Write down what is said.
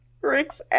Rick's